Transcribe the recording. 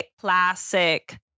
classic